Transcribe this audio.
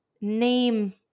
name